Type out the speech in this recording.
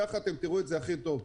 ככה אתם תראו את זה הכי טוב.